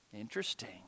Interesting